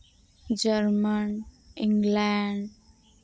German England